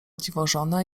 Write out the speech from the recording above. dziwożona